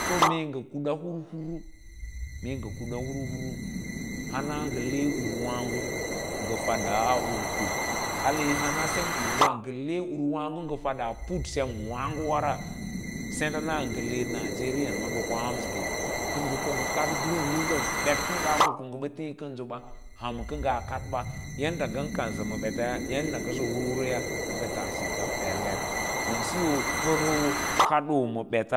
So mee nga kuda hurhur mee nga kuda hurhur hana nga le lurwaago nga fada uro ale sem mruva ngan le ur maaga nga faada ut ko a send ana nigeria nga koshmase ka ga ko nga kads hurhur dem bet ka ngaa ko koba thee kans koa kadba yadda ngan kansa ma bets ya yadda nga hrhurya a tas sika pelar an siyo pa kadoo ma bets